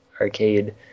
arcade